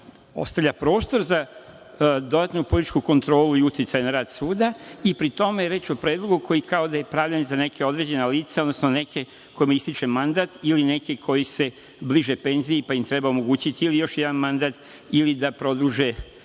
ostavlja prostor za dodatnu političku kontrolu i uticaj na rad suda. Pri tome reč je o predlogu koji kao da je pravljen za neka određena lica, odnosno za neke kojima ističe mandat ili neke koji se bliže penziji, pa im treba omogućiti ili još jedan mandat ili da produže